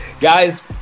Guys